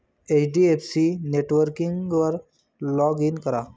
HDFC नेटबँकिंगवर log in करा